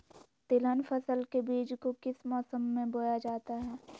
तिलहन फसल के बीज को किस मौसम में बोया जाता है?